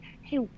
hey